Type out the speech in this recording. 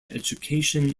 education